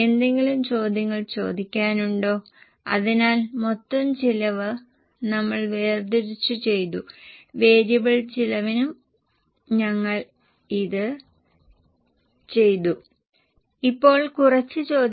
ചിലതരം സിമന്റുകൾ ഉണ്ടാകാം എന്നാൽ നൽകിയിരിക്കുന്ന സാഹചര്യം അനുസരിച്ച് അവർക്ക് 124 ലക്ഷം മെട്രിക് ടൺ ഒരു ഏകീകൃത വിൽപ്പന ഉണ്ടെന്ന് ഞങ്ങൾ അനുമാനിച്ചു അതിന്റെ അടിസ്ഥാനത്തിൽ നിങ്ങൾക്ക് ഒരു മെട്രിക് ടണ്ണിന് 4084 എന്ന കണക്ക് ലഭിക്കുന്നു അതിനാലാണ് ഇത് 100 കൊണ്ട് ഗുണിക്കുന്നത്